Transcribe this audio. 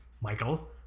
Michael